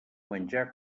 menjar